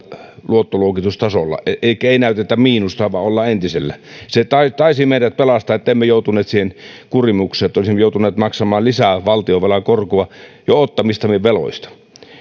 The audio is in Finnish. luottoluokitustasolla elikkä ei näytetä miinusta vaan ollaan entisellään se taisi meidät pelastaa että emme joutuneet siihen kurimukseen että olisimme joutuneet maksamaan lisää valtionvelan korkoa jo ottamistamme veloista